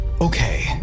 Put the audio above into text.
Okay